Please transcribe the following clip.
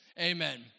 Amen